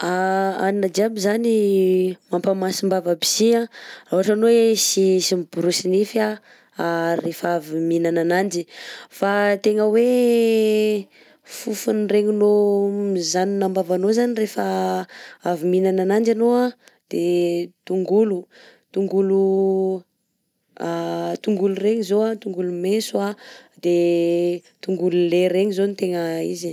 A hanina jiaby zany mampa masim-bava aby sy an raha ohatra anao hoe tsy tsy miborosy nify rehefa avy miinana ananjy, fa tegna hoe fofony regninao mijanona am-bavanao rehefa avy miinana ananjy anao de tongolo tongolo a tongolo regny zao a tongolo mentso, de tongolo lay regny zao ny tegna izy.